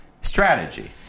strategy